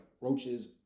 roaches